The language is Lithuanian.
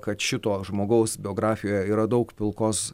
kad šito žmogaus biografijoje yra daug pilkos